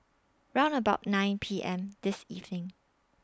round about nine P M This evening